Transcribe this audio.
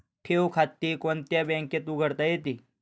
ठेव खाते कोणत्या बँकेत उघडता येते?